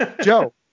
Joe